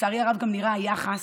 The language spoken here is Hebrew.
לצערי הרב, נראה גם היחס.